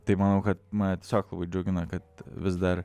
tai manau kad mane tiesiog labai džiugina kad vis dar